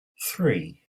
three